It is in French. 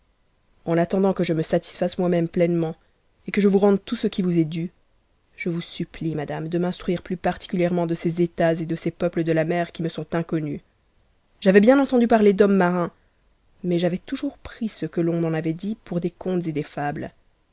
en attendant que je me satisfasse moi-même pleinement et que je vous rende tout ce qui vous est dû je vous supplie madame de m'instruire plus particulièrement de ces états et de ces peuples de la mer qui me sont iuconnus j'avais bien entendu parier d'hommes marins mais j'avais toujours pris ce que l'on m'en avait dit pour des contes et des tables